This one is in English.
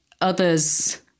others